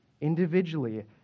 Individually